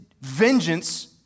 vengeance